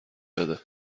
بده